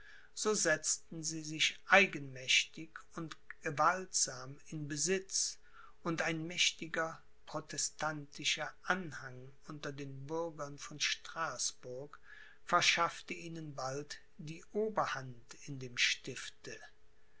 so setzten sie sich eigenmächtig und gewaltsam in besitz und ein mächtiger protestantischer anhang unter den bürgern von straßburg verschaffte ihnen bald die oberhand in dem stifte